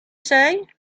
say